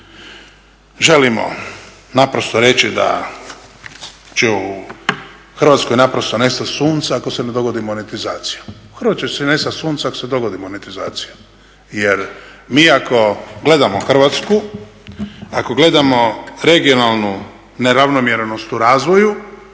želimo naprosto reći da će u Hrvatskoj naprosto nestati sunca ako se ne dogodi monetizacija. U Hrvatskoj će nestati sunca ako se dogodi monetizacija, jer mi ako gledamo Hrvatsku, ako gledamo regionalnu neravnomjerenost u razvoju,